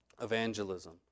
Evangelism